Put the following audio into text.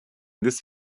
this